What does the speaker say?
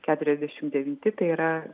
keturiasdešimt devinti tai yra